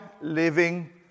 living